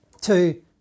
two